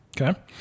okay